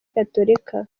gatolika